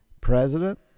president